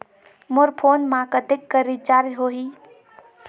मोर phone मा कतेक कर रिचार्ज हो ही?